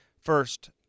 First